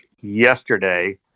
yesterday